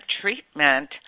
treatment